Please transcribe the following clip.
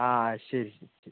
ആ ശരി ശരി ശരി